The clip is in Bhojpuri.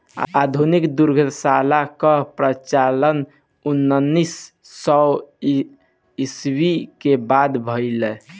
आधुनिक दुग्धशाला कअ प्रचलन उन्नीस सौ ईस्वी के बाद भइल